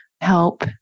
help